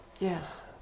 Yes